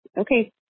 Okay